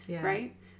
right